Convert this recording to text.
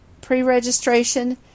pre-registration